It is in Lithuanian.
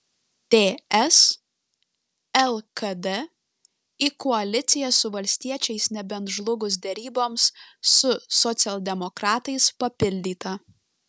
ts lkd į koaliciją su valstiečiais nebent žlugus deryboms su socialdemokratais papildyta